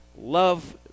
love